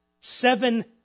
seven